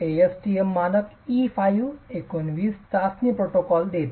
ASTM ASTM मानक E519 चाचणीसाठी protocol देते